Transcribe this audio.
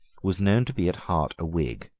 was known to be at heart a whig,